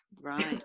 Right